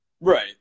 Right